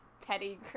petty